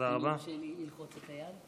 אם יורשה לי ללחוץ את היד.